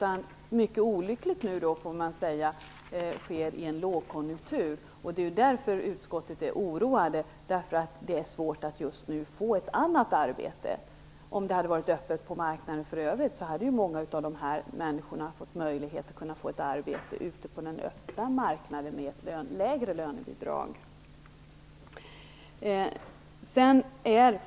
I stället sker den nu, och det är mycket olyckligt, i en lågkonjunktur. Därför är man oroad i utskottet. Det är ju svårt att just nu få ett annat arbete. Om det hade varit öppet på marknaden i övrigt skulle många av de här människorna ha fått en möjlighet till arbete på den öppna marknaden med ett lägre lönebidrag.